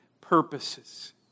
purposes